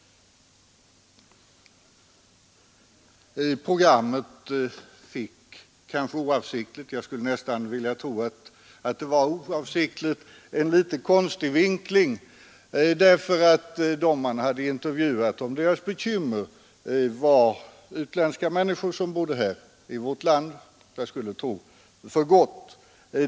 Programmet fick, kanske oavsiktligt, en litet konstig vinkling därför att de man hade intervjuat om deras bekymmer var utlänningar som bor här i vårt land, troligen för gott.